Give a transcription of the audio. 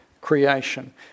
creation